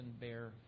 bear